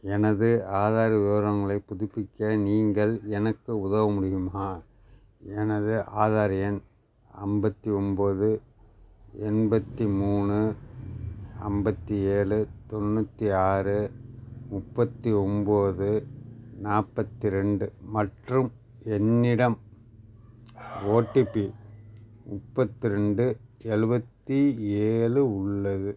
எனது ஆதார் விவரங்களைப் புதுப்பிக்க நீங்கள் எனக்கு உதவ முடியுமா எனது ஆதார் எண் ஐம்பத்தி ஒன்போது எண்பத்தி மூணு ஐம்பத்தி ஏழு தொண்ணூற்றி ஆறு முப்பத்தி ஒன்போது நாற்பத்து ரெண்டு மற்றும் என்னிடம் ஓடிபி முப்பத்தி ரெண்டு எழுவத்தி ஏழு உள்ளது